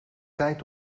tijd